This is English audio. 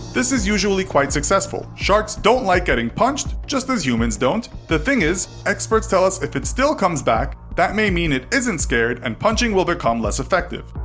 this is usually quite successful. sharks don't like getting punched, just as humans don't. the thing is, experts tell us if it still comes back, that may mean it isn't scared, and punching will become less effective.